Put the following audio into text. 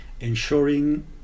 ensuring